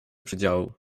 przedziału